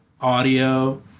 audio